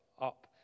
up